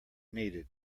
needed